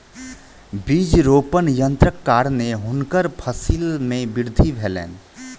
बीज रोपण यन्त्रक कारणेँ हुनकर फसिल मे वृद्धि भेलैन